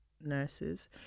nurses